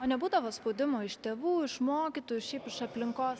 o nebūdavo spaudimo iš tėvų iš mokytų ir šiaip iš aplinkos